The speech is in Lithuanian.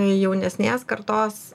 jaunesnės kartos